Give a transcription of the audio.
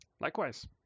likewise